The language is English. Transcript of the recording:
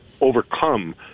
overcome